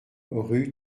rue